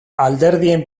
alderdien